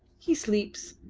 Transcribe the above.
he sleeps,